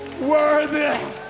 worthy